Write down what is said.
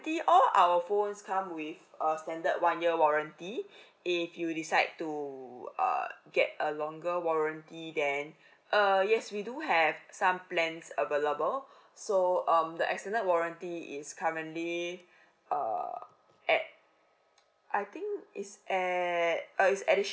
all our phones come with a a standard one year warranty if you decide to err get a longer warranty then uh yes we do have some plans available so um the extended warranty is currently err at I think it's at uh is additional